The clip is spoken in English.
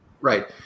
Right